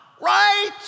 Right